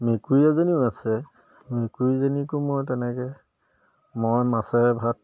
মেকুৰী এজনীও আছে মেকুৰীজনীকো মই তেনেকৈ মই মাছেৰে ভাত